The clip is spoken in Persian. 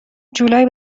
جولای